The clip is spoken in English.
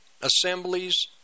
assemblies